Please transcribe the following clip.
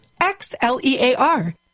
X-L-E-A-R